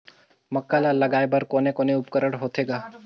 मक्का ला लगाय बर कोने कोने उपकरण होथे ग?